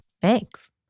Thanks